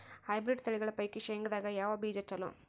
Hybrid ತಳಿಗಳ ಪೈಕಿ ಶೇಂಗದಾಗ ಯಾವ ಬೀಜ ಚಲೋ?